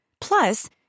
Plus